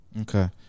okay